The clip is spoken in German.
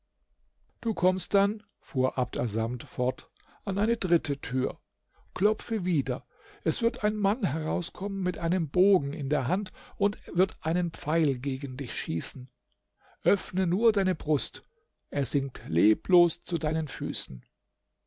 du kommst dann fuhr abd assamd fort an eine dritte tür klopfe wieder es wird ein mann herauskommen mit einem bogen in der hand und wird einen pfeil gegen dich schießen öffne nur deine brust er sinkt leblos zu deinen füßen